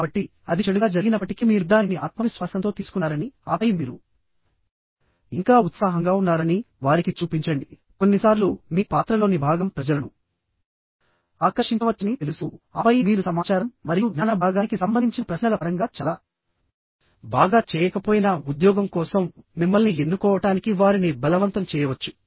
కాబట్టి అది చెడుగా జరిగినప్పటికీ మీరు దానిని ఆత్మవిశ్వాసంతో తీసుకున్నారని ఆపై మీరు ఇంకా ఉత్సాహంగా ఉన్నారని వారికి చూపించండి కొన్నిసార్లు మీ పాత్రలోని భాగం ప్రజలను ఆకర్షించవచ్చని తెలుసు ఆపై మీరు సమాచారం మరియు జ్ఞాన భాగానికి సంబంధించిన ప్రశ్నల పరంగా చాలా బాగా చేయకపోయినా ఉద్యోగం కోసం మిమ్మల్ని ఎన్నుకోవటానికి వారిని బలవంతం చేయవచ్చు